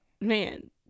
man